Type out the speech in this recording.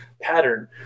pattern